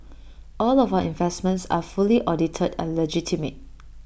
all of our investments are fully audited and legitimate